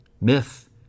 Myth